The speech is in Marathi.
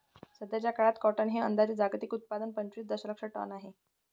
सध्याचा काळात कॉटन हे अंदाजे जागतिक उत्पादन पंचवीस दशलक्ष टन आहे